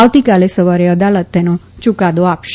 આવતીકાલે સવારે અદાલત તેનો યૂકાદો આપશે